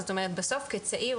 זאת אומרת בסוף כצעיר,